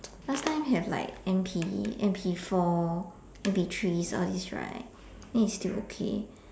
last time have like M_P M_P four M_P three all these right then still okay